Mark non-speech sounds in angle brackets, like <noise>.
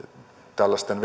tällaisten <unintelligible>